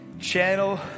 channel